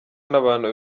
n’abantu